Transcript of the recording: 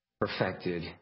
perfected